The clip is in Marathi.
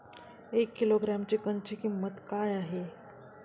एक किलोग्रॅम चिकनची किंमत काय आहे?